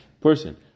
person